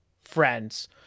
friends